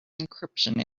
encryption